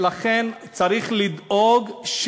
ואז נוצר מצב, הרי זה לא סתם.